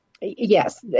Yes